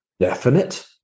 definite